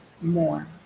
more